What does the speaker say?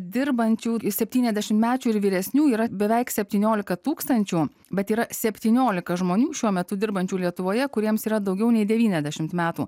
dirbančių septyniasdešimtmečių ir vyresnių yra beveik septyniolika tūkstančių bet yra septyniolika žmonių šiuo metu dirbančių lietuvoje kuriems yra daugiau nei devyniasdešim metų